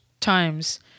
times